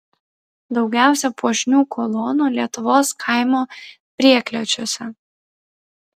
daugiausia puošnių kolonų lietuvos kaimo prieklėčiuose